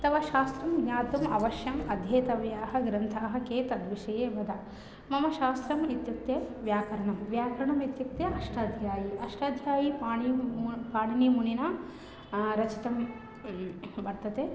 तत्वशास्त्रं ज्ञातुम् अवश्यम् अध्येतव्याः ग्रन्थाः के तद्विषये वद मम शास्त्रम् इत्युक्ते व्याकरणं व्याकरणमित्युक्ते अष्टाध्यायी अष्टाध्यायी पाणिनिः पाणिनिमुनिना रचितं वर्तते